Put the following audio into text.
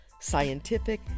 scientific